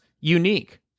unique